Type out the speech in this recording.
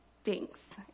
stinks